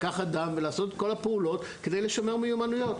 לקחת דם ולעשות את כל הפעולות כדי לשמר מיומנויות.